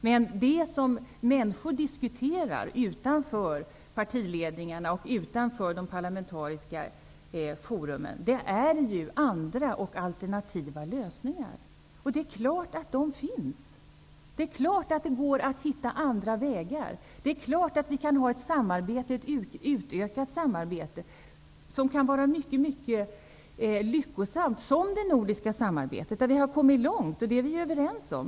Men det som människor diskuterar utanför partiledningarna och olika parlamentariska fora är ju andra och alternativa lösningar. Det är klart att det finns sådana. Det går att hitta andra vägar. Man kan ha ett utökat samarbete som kan vara mycket lyckosamt, såsom det nordiska samarbetet, där man ju har kommit långt, vilket vi är överens om.